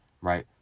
right